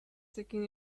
taking